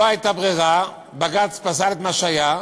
לא הייתה ברירה, בג"ץ פסל את מה שהיה,